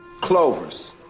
Clovers